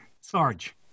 Sarge